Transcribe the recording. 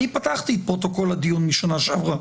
אני פתחתי את פרוטוקול הדיון מהשנה שעברה.